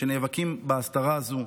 שנאבקים בהסתרה הזו,